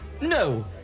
No